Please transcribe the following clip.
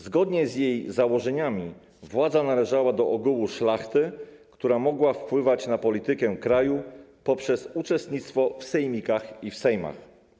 Zgodnie z założeniami władza należała do ogółu szlachty, która mogła wpływać na politykę kraju poprzez uczestnictwo w sejmikach i sejmach.